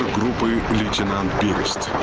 lieutenant um berest